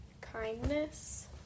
kindness